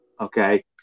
Okay